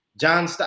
John